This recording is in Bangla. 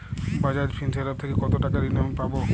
বাজাজ ফিন্সেরভ থেকে কতো টাকা ঋণ আমি পাবো?